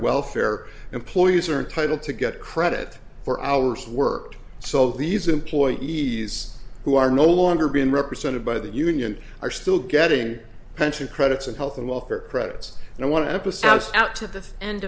welfare employees are entitled to get credit for hours worked so these employees who are no longer being represented by the union are still getting pension credits and health and welfare credits and i want to